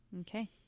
Okay